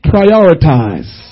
Prioritize